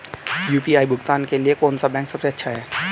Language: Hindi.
यू.पी.आई भुगतान के लिए कौन सा बैंक सबसे अच्छा है?